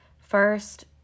first